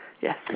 Yes